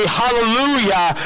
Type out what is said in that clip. hallelujah